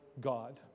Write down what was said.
God